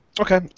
okay